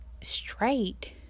straight